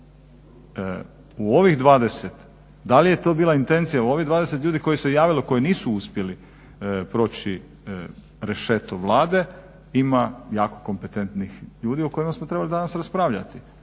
U ovih 20, da li je to bila intencija u ovih 20 ljudi koji se javilo koji nisu uspjeli proći rešeto Vlade ima jako kompetentnih ljudi o kojima smo trebali danas raspravljati.